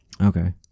Okay